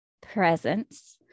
presence